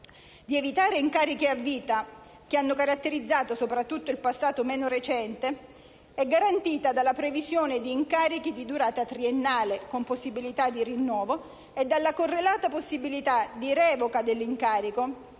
di evitare incarichi a vita, che hanno caratterizzato soprattutto il passato meno recente, è garantita dalla previsione di incarichi di durata triennale, con possibilità di rinnovo, e dalla correlata possibilità di revoca dell'incarico,